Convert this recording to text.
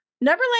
Neverland